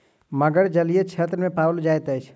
मगर जलीय क्षेत्र में पाओल जाइत अछि